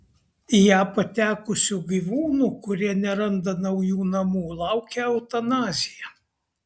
į ją patekusių gyvūnų kurie neranda naujų namų laukia eutanazija